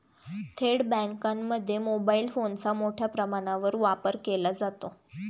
थेट बँकांमध्ये मोबाईल फोनचा मोठ्या प्रमाणावर वापर केला जातो